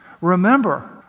Remember